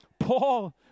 Paul